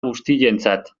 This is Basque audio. guztientzat